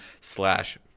slash